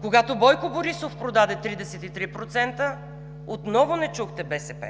Когато Бойко Борисов продаде 33%, отново не чухте БСП.